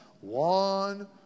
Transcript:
one